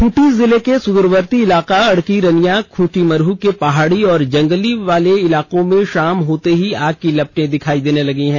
खूंटी जिले के सुदूरवर्ती इलाका अड़की रनियां खुंटी मुरहु के पहाड़ी और जंगलों वाले इलाकों में शाम होते ही आग की लपटें दिखाई देने लगी हैं